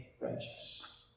righteous